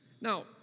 Now